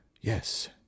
Yes